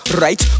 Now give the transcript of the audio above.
right